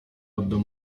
oddam